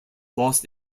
lost